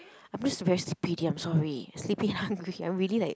I'm just very sleepy already I'm sorry sleepy hungry I'm really like